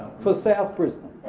for south brisbane.